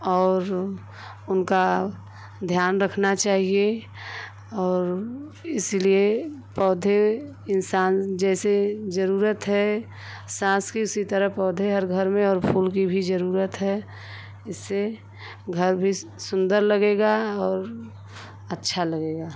और उनका ध्यान रखना चाहिए और इसीलिए पौधे इन्सान जैसे जरूरत है साँस की उसी तरह पौधे हर घर में और फूल की भी जरूरत है इससे घर भी सुन्दर लगेगा और अच्छा लगेगा